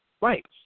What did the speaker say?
right